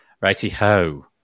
Righty-ho